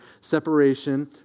separation